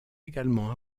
également